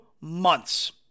months